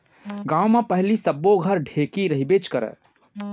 गॉंव म पहिली सब्बो घर ढेंकी रहिबेच करय